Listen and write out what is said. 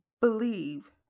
believe